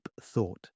thought